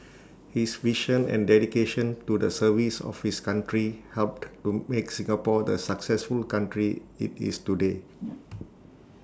his vision and dedication to the service of his country helped to make Singapore the successful country IT is today